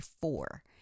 four